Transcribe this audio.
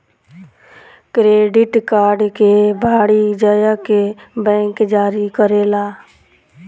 credit card के वाणिजयक bank जारी करेला